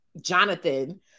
Jonathan